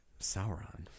Sauron